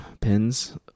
Pins